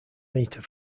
metre